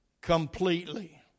completely